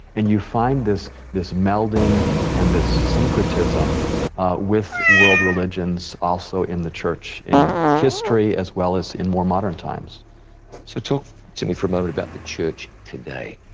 and you find this, this melding and this syncretism with world religions also in the church in history, as well as in more modern times. john so talk to me for a moment about the church today.